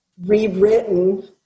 rewritten